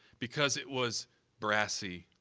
because it was brassy.